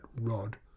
rod